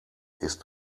ist